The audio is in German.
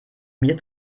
mir